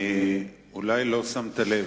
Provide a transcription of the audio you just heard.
אולי לא שמת לב,